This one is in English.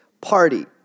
party